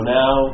now